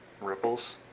ripples